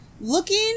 Looking